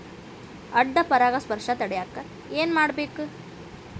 ಅಡ್ಡ ಪರಾಗಸ್ಪರ್ಶ ತಡ್ಯಾಕ ಏನ್ ಮಾಡ್ಬೇಕ್?